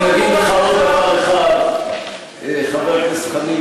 אני אגיד לך עוד דבר אחד, חבר הכנסת חנין,